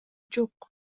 жок